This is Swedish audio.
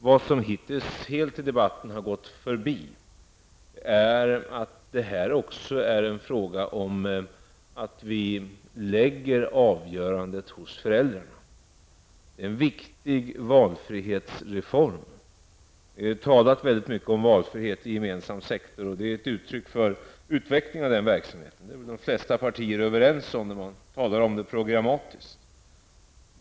Vad som helt gått förbi i debatten är att vi lägger avgörandet hos föräldrarna. Det är en viktig valfrihetsreform. Det talas väldigt mycket om valfrihet i den gemensamma sektorn, och detta förslag är ett uttryck för denna valfrihetstanke. Det är de flesta partier överens om när man talar om detta programmatiskt.